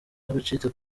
abacitse